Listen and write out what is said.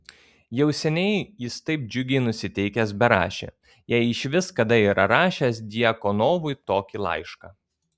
jau seniai jis taip džiugiai nusiteikęs berašė jei išvis kada yra rašęs djakonovui tokį laišką